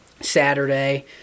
Saturday